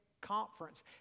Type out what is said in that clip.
conference